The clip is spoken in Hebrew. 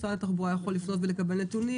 משרד התחבורה יכול לפנות ולקבל נתונים,